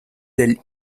del